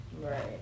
Right